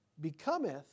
becometh